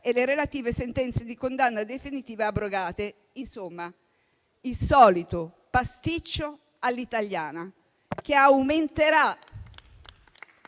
e le relative sentenze di condanna definitiva abrogate. Insomma, il solito pasticcio all'italiana